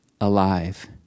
alive